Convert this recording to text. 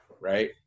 right